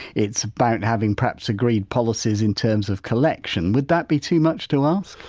it's about having perhaps agreed policies in terms of collection would that be too much to ask?